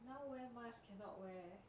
now wear mask cannot wear